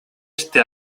este